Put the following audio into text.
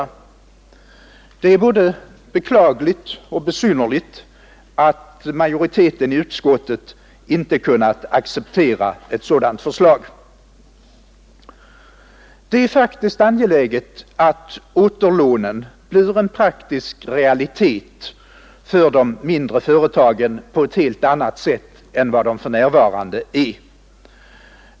Det är både beklagligt och besynnerligt att majoriteten i utskottet inte kunnat accepterat ett sådant förslag. Det är faktiskt angeläget att återlånen blir en praktisk realitet för de mindre företagen på ett helt annat sätt än de för närvarande är.